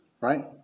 Right